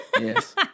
Yes